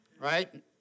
right